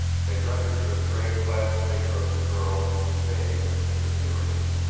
they rendered the gray-clad figure of the girl vague and ethereal,